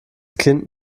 kind